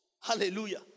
Hallelujah